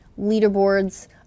Leaderboards